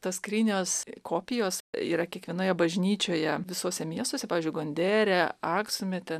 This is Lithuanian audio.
tos skrynios kopijos yra kiekvienoje bažnyčioje visuose miestuose pavyzdžiui gondere aksume ten